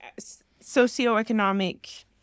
socioeconomic